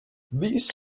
these